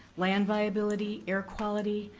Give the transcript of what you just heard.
land viability, air quality,